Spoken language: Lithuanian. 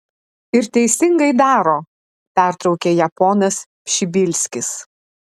ir teisingai daro pertraukė ją ponas pšibilskis